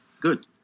Good